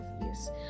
Yes